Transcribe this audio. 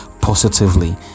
positively